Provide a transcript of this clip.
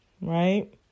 right